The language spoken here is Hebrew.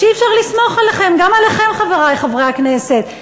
שאי-אפשר לסמוך עליכם, גם עליכם, חברי חברי הכנסת.